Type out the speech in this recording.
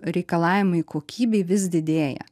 reikalavimai kokybei vis didėja